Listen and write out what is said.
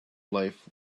life